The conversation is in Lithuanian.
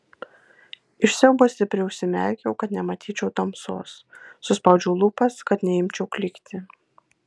iš siaubo stipriai užsimerkiau kad nematyčiau tamsos suspaudžiau lūpas kad neimčiau klykti